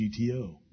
GTO